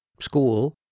school